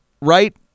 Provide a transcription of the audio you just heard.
right